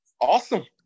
Awesome